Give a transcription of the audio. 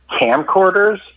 camcorders